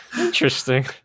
interesting